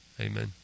Amen